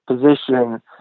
position